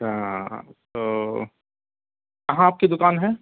اچھا تو کہاں آپ کی دکان ہے